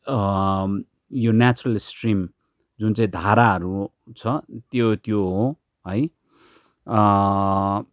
यो natural stream जुन चाहिँ धाराहरू छ त्यो त्यो हो है